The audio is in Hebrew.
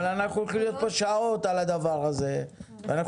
אבל אנחנו הולכים להיות פה שעות על הדבר הזה ואנחנו